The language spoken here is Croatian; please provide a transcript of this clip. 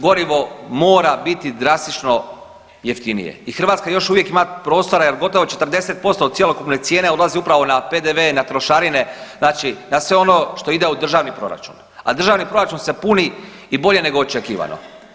Goriva mora biti drastično jeftinije i Hrvatska još uvijek ima prostora jer gotovo 40% od cjelokupne cijene odlazi upravo na PDV i na trošarine znači na sve ono što ide u državni proračun, a državni proračun se puni i bolje nego očekivano.